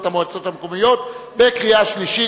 המועצות המקומיות (מס' 56) בקריאה שלישית.